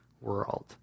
world